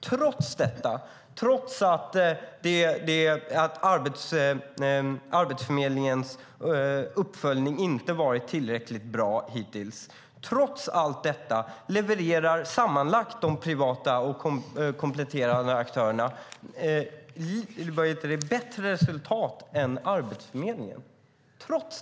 Trots detta och att Arbetsförmedlingens uppföljning inte har varit tillräckligt bra hittills levererar sammanlagt de privata och kompletterande aktörerna bättre resultat än Arbetsförmedlingen.